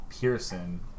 Pearson